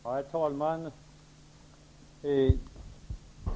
Herr talman!